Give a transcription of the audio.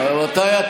רבותיי,